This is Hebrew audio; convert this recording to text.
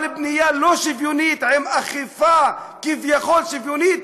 אבל בנייה לא שוויונית עם אכיפה כביכול שוויונית,